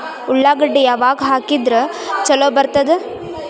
ಉಳ್ಳಾಗಡ್ಡಿ ಯಾವಾಗ ಹಾಕಿದ್ರ ಛಲೋ ಬರ್ತದ?